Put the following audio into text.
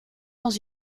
dans